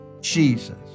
Jesus